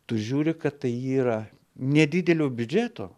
tu žiūri kad tai yra nedidelio biudžeto